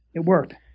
it worked.